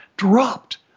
dropped